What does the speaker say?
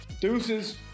deuces